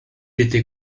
était